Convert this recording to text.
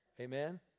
Amen